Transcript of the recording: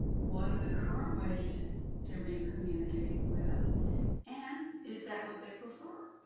what are the current ways they're being communicated with and is that what they prefer?